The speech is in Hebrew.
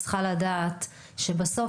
צריכה לדעת שבסוף,